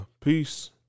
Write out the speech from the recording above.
peace